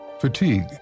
fatigue